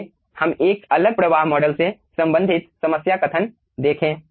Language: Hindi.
आइए हम एक अलग प्रवाह मॉडल से संबंधित समस्या कथन देखें